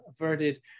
averted